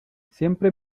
siempre